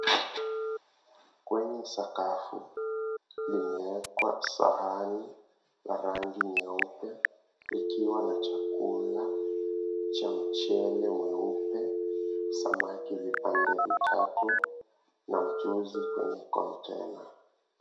Kwenye sakafu, limewekwa sahani la rangi nyeupe likiwa na chakula cha mchele mweupe, samaki vipande vitatu, na mchuzi kwenye kontena.